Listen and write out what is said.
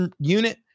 unit